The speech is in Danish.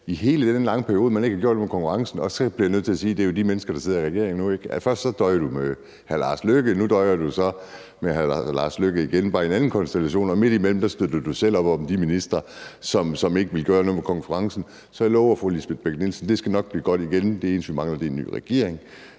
i hele den lange periode, man ikke har gjort noget ved konkurrencen. Og så bliver jeg nødt til at sige, at det er jo de mennesker, der sidder i regering nu. Først døjer du med hr. Lars Løkke Rasmussen som statsminister, og nu døjer du så med hr. Lars Løkke Rasmussen igen bare i en anden konstellation, og midt imellem støttede du selv op om de ministre, der ikke ville gøre noget ved konkurrencen. Så jeg lover, fru Lisbeth Bech-Nielsen, det skal nok blive godt igen, det eneste, vi mangler, er en ny regering.